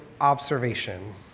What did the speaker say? observation